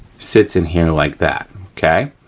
sits in here like that, okay,